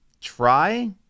try